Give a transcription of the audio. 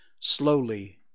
slowly